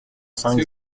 cinq